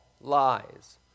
lies